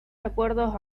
acuerdos